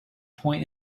point